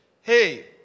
Hey